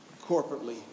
corporately